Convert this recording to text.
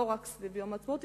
לא רק סביב יום העצמאות,